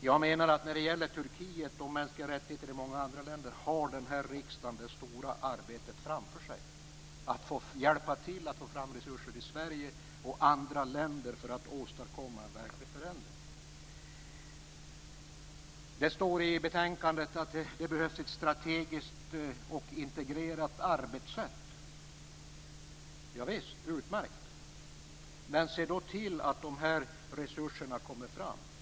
Jag menar att när det gäller Turkiet och mänskliga rättigheter i många andra länder har den här riksdagen det stora arbetet framför sig att hjälpa till att få fram resurser i Sverige och andra länder för att åstadkomma en verklig förändring. Det står i betänkandet att det behövs ett strategiskt och integrerat arbetssätt. Javisst, utmärkt. Men se då till att de här resurserna kommer fram!